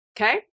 Okay